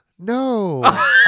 No